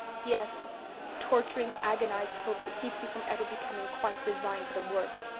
yes torturing, agonized hope that keeps you from ever becoming quite resigned to the worst,